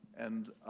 and